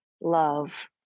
love